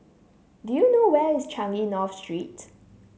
do you know where is Changi North Street